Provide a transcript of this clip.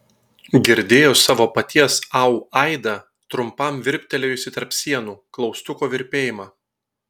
girdėjo savo paties au aidą trumpam virptelėjusį tarp sienų klaustuko virpėjimą